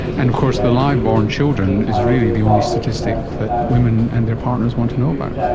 and of course the live born children is really the only statistic that women and their partners want to know about.